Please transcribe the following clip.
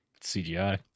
CGI